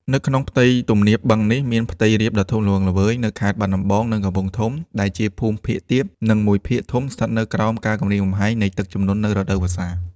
នៅក្នុងផ្ទៃទំនាបបឹងនេះ មានផ្ទៃរាបដ៏ធំល្វឹងល្វើយនៅខេត្តបាត់ដំបង និងកំពង់ធំ ដែលជាភូមិភាគទាប និងមួយភាគធំស្ថិតនៅក្រោមការគំរាមកំហែងនៃទឹកជំនន់នៅរដូវវស្សា។